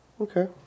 Okay